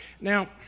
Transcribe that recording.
Now